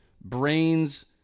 brains